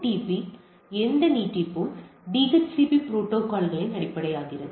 BOOTP எந்த நீட்டிப்பும் DHCP புரோட்டோகால்யின் அடிப்படையாகிறது